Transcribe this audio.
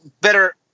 better